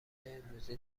امروزی